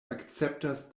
akceptas